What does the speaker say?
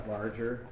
Larger